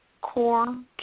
core